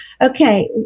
Okay